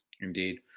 Indeed